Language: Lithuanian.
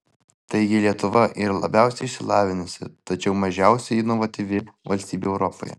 taigi lietuva yra labiausiai išsilavinusi tačiau mažiausiai inovatyvi valstybė europoje